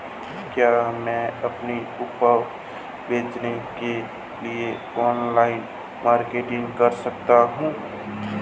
क्या मैं अपनी उपज बेचने के लिए ऑनलाइन मार्केटिंग कर सकता हूँ?